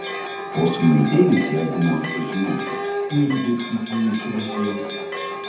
o sūnaitėlis jeigu norite žinoti irgi tiutiū iš rusijos